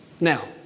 Now